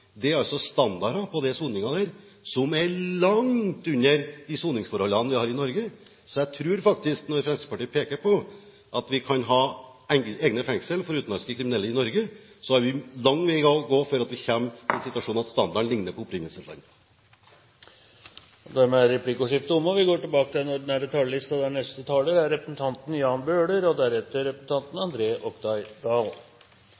Det som er standarden på soningen der, er langt under de soningsforholdene vi har i Norge. Når Fremskrittspartiet peker på at vi kan ha egne fengsler for utenlandske kriminelle i Norge, tror jeg vi har en lang vei å gå før vi kommer til en situasjon hvor standarden ligner på den som er i opprinnelseslandet. Replikordskiftet er dermed omme. De siste tallene viser at oppklaringsprosenten på kriminalitet – anmeldelser – i Norge har økt til 40,7 pst. i første halvår 2011. Det er